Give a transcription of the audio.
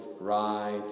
right